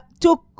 took